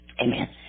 Amen